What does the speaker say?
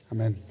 Amen